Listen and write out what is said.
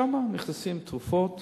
שם נכנסות תרופות